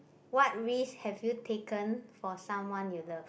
what risk have you taken for someone you love